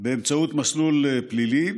באמצעות מסלול פלילי.